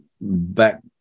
back